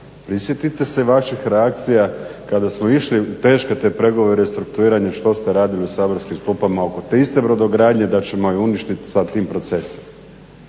prisjetite se vaših reakcija kada su išli u teške te pregovore restrukturiranja što ste radili u saborskim klupama oko te iste brodogradnje da ćemo ju uništit sa tim procesima.